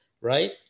Right